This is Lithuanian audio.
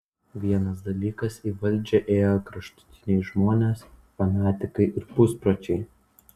vienas dalykas į valdžią ėjo kraštutiniai žmonės fanatikai ir puspročiai